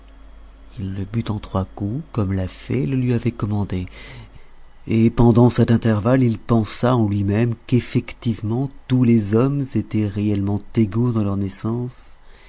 le but en trois coups comme la fée le lui avait commandé et pendant cet intervalle il pensa en lui-même qu'effectivement tous les hommes étaient réellement égaux dans leur naissance